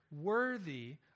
worthy